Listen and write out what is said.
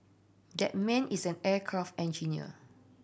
that man is an aircraft engineer